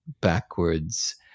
backwards